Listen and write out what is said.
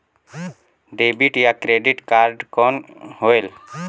Debit या credit card कौन होएल?